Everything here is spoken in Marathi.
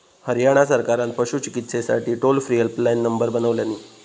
हरयाणा सरकारान पशू चिकित्सेसाठी टोल फ्री हेल्पलाईन नंबर बनवल्यानी